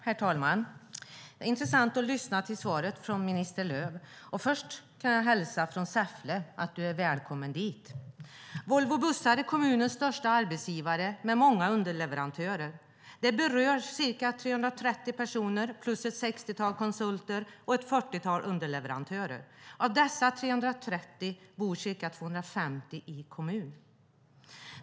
Herr talman! Det var intressant att lyssna på svaret från näringsminister Lööf. Jag ska börja med att hälsa från Säffle att näringsministern är välkommen dit. Volvo Bussar är kommunens största arbetsgivare med många underleverantörer. Där berörs ca 330 personer plus ett sextiotal konsulter och ett fyrtiotal underleverantörer. Av dessa 330 bor ca 250 i kommunen.